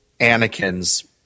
Anakin's